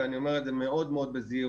ואני אומר את זה מאוד-מאוד בזהירות,